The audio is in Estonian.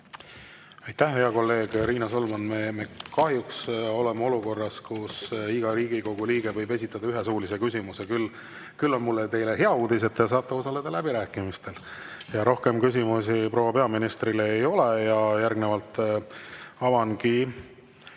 Aitäh! Hea kolleeg Riina Solman, me kahjuks oleme olukorras, kus iga Riigikogu liige võib esitada ühe suulise küsimuse. Küll on mul teile hea uudis: te saate osaleda läbirääkimistel. Rohkem küsimusi proua peaministrile ei ole ja järgnevalt avangi